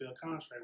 contract